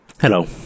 Hello